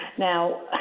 Now